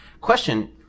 Question